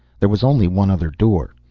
there was only one other door.